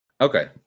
Okay